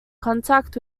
contact